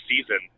season